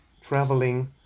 traveling